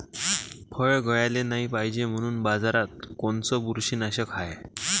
फळं गळाले नाही पायजे म्हनून बाजारात कोनचं बुरशीनाशक हाय?